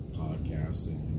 podcasting